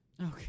Okay